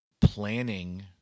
planning